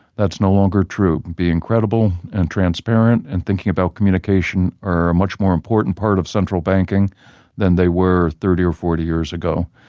that's no longer true. being credible and transparent and thinking about communication are a much more important part of central banking than they were thirty or forty years ago.